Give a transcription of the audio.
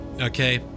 Okay